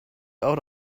out